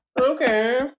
Okay